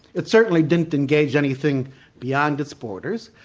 it certainly didn't engage anything beyond its borders,